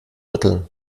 rütteln